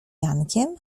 jankiem